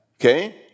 Okay